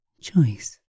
choice